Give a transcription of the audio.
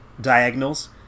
diagonals